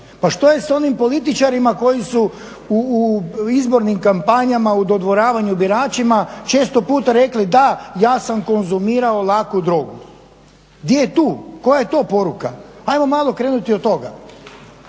Pa što je sa onim političarima koji su u izbornim kampanjama, u dodvoravanju biračima često puta rekli da, ja sam konzumirao laku drogu. Di je tu, koja je to poruka? Hajmo malo krenuti od toga